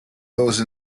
those